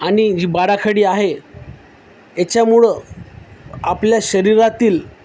आणि जी बाराखडी आहे याच्यामुळं आपल्या शरीरातील